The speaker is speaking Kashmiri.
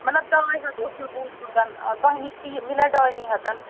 مطلب ڈاے ہَتھ اوس مےٚ بوٗزمُت تۄہہِ نِش تہِ میلا ڈاینٕے ہَتَن